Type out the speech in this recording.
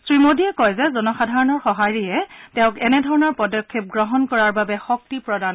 শ্ৰী মোডীয়ে কয় যে জনসাধাৰণৰ সঁহাৰিয়ে তেওঁক এনেধৰণৰ পদক্ষেপ গ্ৰহণ কৰাৰ বাবে শক্তি দিলে